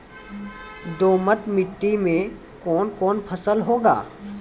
दोमट मिट्टी मे कौन कौन फसल होगा?